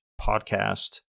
podcast